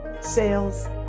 sales